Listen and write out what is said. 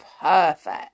perfect